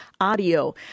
audio